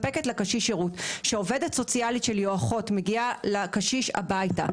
שירות; עובדת סוציאלית או אחות שלי מגיעה אל הקשיש הביתה,